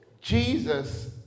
Jesus